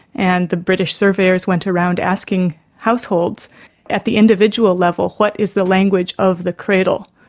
and the british surveyors went around asking households at the individual level, what is the language of the cradle?